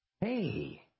hey